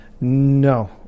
no